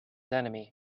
enemy